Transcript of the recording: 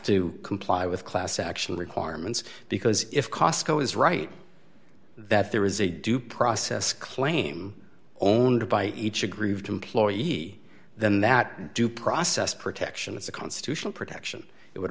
to comply with class action requirements because if costco is right that there is a due process claim owned by each aggrieved employee then that due process protection is a constitutional protection it would